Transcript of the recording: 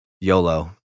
YOLO